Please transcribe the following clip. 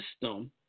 system